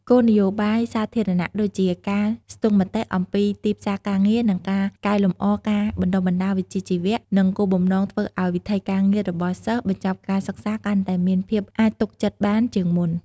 គោលលនយោបាយសាធារណៈ ដូចជាការស្ទង់មតិអំពីទីផ្សារការងារ និងការកែលម្អការបណ្តុះបណ្តាលវិជ្ជាជីវៈ មានគោលបំណងធ្វើឲ្យវិថីការងាររបស់សិស្សបញ្ចប់ការសិក្សាកាន់តែមានភាពអាចទុកចិត្តបានជាងមុន។